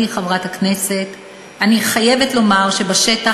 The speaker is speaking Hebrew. אני חייבת לומר שבשטח,